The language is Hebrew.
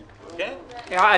ו-2010),